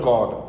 God